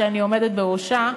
שאני עומדת בראשה,